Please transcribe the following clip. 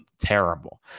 terrible